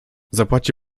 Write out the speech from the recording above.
zapłaci